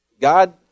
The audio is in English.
God